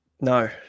No